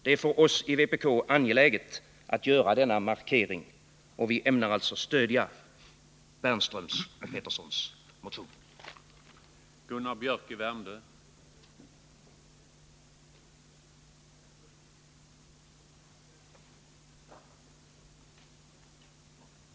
Det är för oss i vpk angeläget att göra denna markering, och vi ämnar alltså stödja Bonnie Bernströms och Hans Peterssons motion.